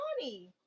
money